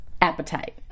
appetite